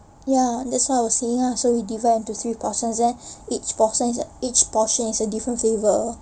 ya that's why I was saying ah so we divide into three portions then each portion is that each portion is a different flavour